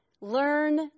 learn